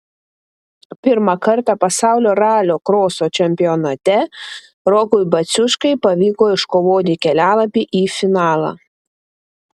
pirmą kartą pasaulio ralio kroso čempionate rokui baciuškai pavyko iškovoti kelialapį į finalą